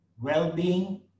Wellbeing